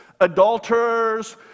adulterers